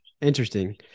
Interesting